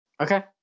okay